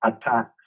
attacks